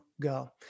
go